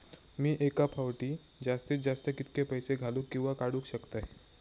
मी एका फाउटी जास्तीत जास्त कितके पैसे घालूक किवा काडूक शकतय?